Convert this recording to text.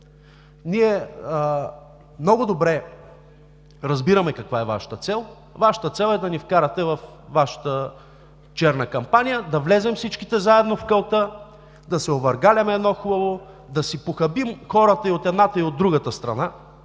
Ние много добре разбираме каква е Вашата цел! Вашата цел е да ни вкарате във Вашата черна кампания, да влезем всички заедно в калта, да се овъргаляме едно хубаво, да си похабим хората и от едната, и от другата страна,